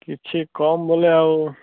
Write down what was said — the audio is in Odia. କିଛି କମ୍ ବୋଲି ଆଉ